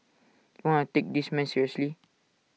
wanna take this man seriously